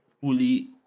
fully